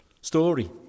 story